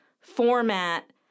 format